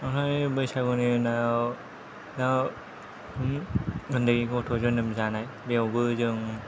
आमफ्राय बैसागुनि उनाव दा ओन्दै गथ' जोनोम जानाय बेयावबो जों